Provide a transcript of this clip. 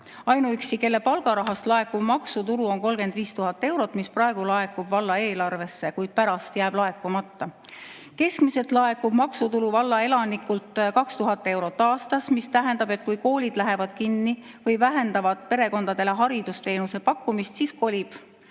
Ainuüksi nende palgarahast laekuv maksutulu on 35 000 eurot, mis praegu laekub valla eelarvesse, kuid pärast jääks laekumata. Keskmiselt laekub maksutulu valla elanikult 2000 eurot aastas. See tähendab, et kui koolid lähevad kinni või vähendavad perekondadele haridusteenuse pakkumist, siis kolib